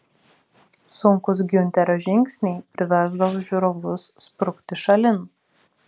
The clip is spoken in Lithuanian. sunkūs giunterio žingsniai priversdavo žiūrovus sprukti šalin